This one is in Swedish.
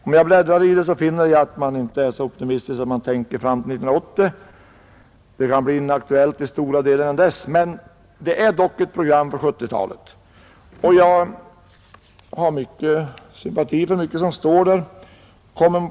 Där står på s. 3: ”Även om vi inte siktat på att det i år antagna programmet skall räcka fram till 1980 innan det i stora delar blivit inaktuellt, är det dock ett program för 1970-talet.” Jag har stora sympatier för mycket av vad som står i detta häfte.